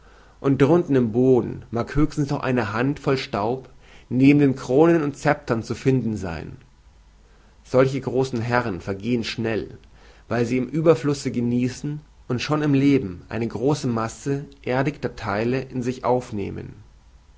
und drunten im boden mag höchstens noch eine handvoll staub neben den kronen und zeptern zu finden sein solche große herren vergehen schnell weil sie im ueberflusse genießen und schon im leben eine große masse erdigter theile in sich aufnehmen